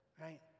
right